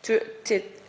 2022.